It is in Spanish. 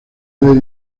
dos